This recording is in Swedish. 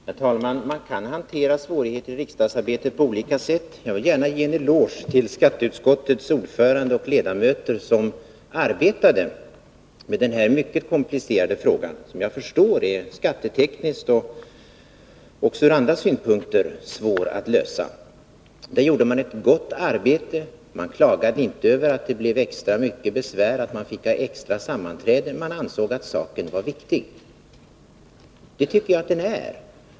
Herr talman! Man kan hantera svårigheter i riksdagsarbetet på olika sätt. Jag vill gärna ge skatteutskottets ordförande och ledamöter, som arbetat med den här mycket komplicerade frågan, en eloge. Jag förstår att det skattetekniskt och även ur andra synpunkter är svårt att komma fram till en lösning. Man gjorde ett gott arbete. Man klagade inte över att det blev extra mycket besvär, att man fick ha extra sammanträden. Man ansåg att saken var viktig. Det tycker också jag att den är.